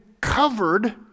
covered